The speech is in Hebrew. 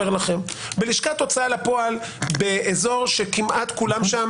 בלשכת הוצאה לפועל באזור שכמעט כולם שם